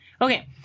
Okay